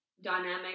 dynamic